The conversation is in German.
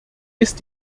ist